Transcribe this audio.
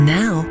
now